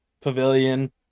pavilion